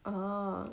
orh